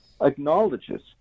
acknowledges